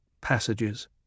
passages